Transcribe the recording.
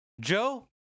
Joe